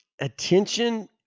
attention